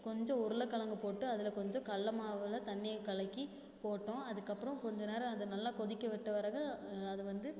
கொஞ்சம் உருளைக்கிழங்கு போட்டு அதில் கொஞ்சம் கடல்லமாவுல தண்ணியை கலக்கி போட்டோம் அதுக்கப்புறோம் கொஞ்சம் நேரம் அதை நல்லா கொதிக்க விட்ட பிறகு அது வந்து